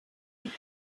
und